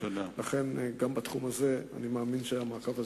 לכן גם בתחום הזה אני מאמין שהמעקב יימשך.